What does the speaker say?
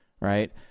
right